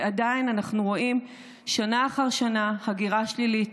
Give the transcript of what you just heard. ועדיין אנחנו רואים שנה אחר שנה הגירה שלילית.